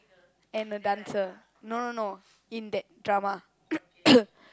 and a dancer no no no in that drama